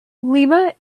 lima